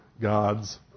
God's